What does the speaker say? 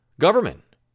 Government